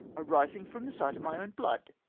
arising from the sight of my own blood!